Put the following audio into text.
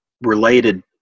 related